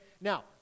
Now